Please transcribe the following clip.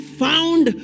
found